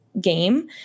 game